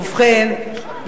ובכן,